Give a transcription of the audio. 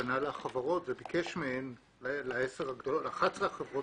פנה לחברות וביקש מהן מ-11 החברות